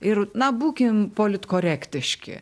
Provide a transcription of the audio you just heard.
ir na būkime politkorektiški